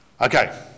Okay